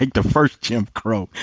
like the first jim crow,